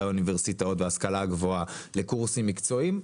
האוניברסיטאות וההשכלה הגבוהה לקורסים מקצועיים,